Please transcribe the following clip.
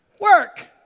Work